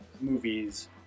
movies